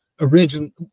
originally